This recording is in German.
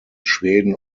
schweden